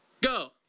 Go